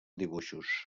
dibuixos